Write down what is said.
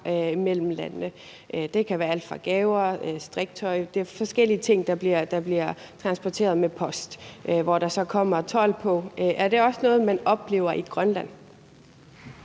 mellem landene. Det kan være alt fra gaver til strikketøj – forskellige ting, der bliver transporteret med post, og hvor der så kommer told på. Er det også noget, man oplever i Grønland?